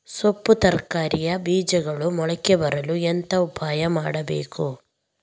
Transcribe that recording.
ಸೊಪ್ಪು ತರಕಾರಿಯ ಬೀಜಗಳು ಮೊಳಕೆ ಬರಲು ಎಂತ ಉಪಾಯ ಮಾಡಬೇಕು?